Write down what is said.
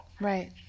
right